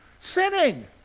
Sinning